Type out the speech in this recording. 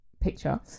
picture